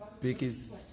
biggest